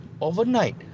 overnight